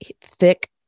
thick